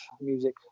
music